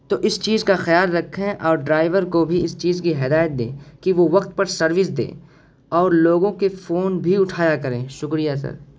تو اس چیز کا خیال رکھیں اور ڈرائیور کو بھی اس چیز کی ہدایت دیں کہ وہ وقت پر سروس دے اور لوگوں کے فون بھی اٹھایا کریں شکریہ سر